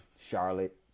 Charlotte